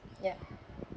ya